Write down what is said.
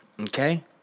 Okay